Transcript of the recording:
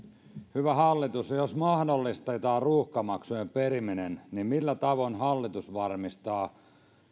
hyvä hallitus jos mahdollistetaan ruuhkamaksujen periminen niin millä tavoin hallitus varmistaa